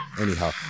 Anyhow